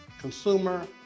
consumer